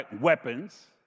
weapons